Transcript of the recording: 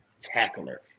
tackler